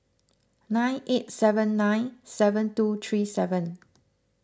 nine eight seven nine seven two three seven